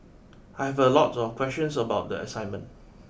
I had a lot of questions about the assignment